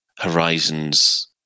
horizons